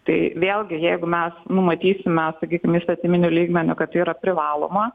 tai vėlgi jeigu mes numatysime sakykime įstatyminiu lygmeniu kad tai yra privaloma